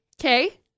Okay